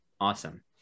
Awesome